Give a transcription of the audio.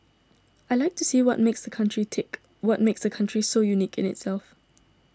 I like to see what makes the country tick what makes the country so unique in itself